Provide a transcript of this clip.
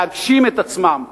להגשים את עצמם.